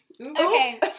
Okay